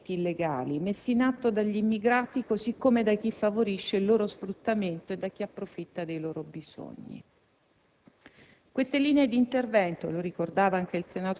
da quelle che sanzionano comportamenti illegali, messi in atto dagli immigrati così come da chi favorisce il loro sfruttamento, da chi approfitta dei loro bisogni.